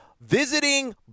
visiting